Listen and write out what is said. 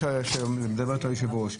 בעקבות דברי היושבת ראש,